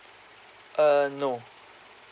uh no